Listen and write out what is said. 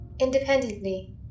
independently